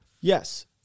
Yes